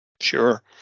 Sure